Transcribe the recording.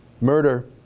Murder